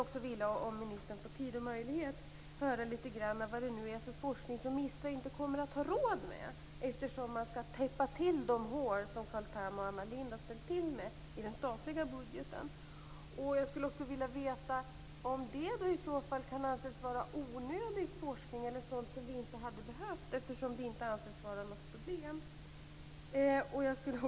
Om ministern har tid och möjlighet skulle jag vilja höra litet grand om vilken forskning som MISTRA inte kommer att ha råd med, eftersom man skall täppa till de hål som Carl Tham och Anna Lindh skapat i den statliga budgeten. Jag skulle också vilja veta om den forskningen i så fall kan anses vara onödig, eftersom detta inte anses vara något problem.